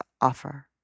offer